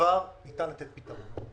דבר ניתן לתת פתרון.